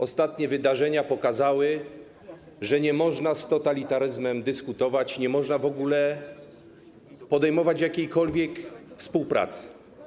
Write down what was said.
Ostatnie wydarzenia pokazały, że nie można z totalitaryzmem dyskutować, nie można w ogóle podejmować jakiejkolwiek współpracy.